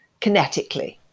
kinetically